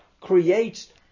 Creates